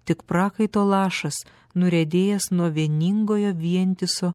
tik prakaito lašas nuriedėjęs nuo vieningojo vientiso